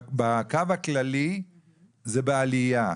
בקו הכללי זה בעלייה.